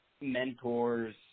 mentors